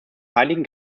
heiligen